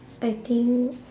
I think